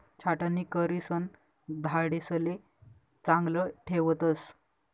छाटणी करिसन झाडेसले चांगलं ठेवतस